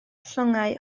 llongau